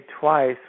twice